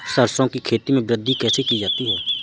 सरसो की खेती में वृद्धि कैसे की जाती है?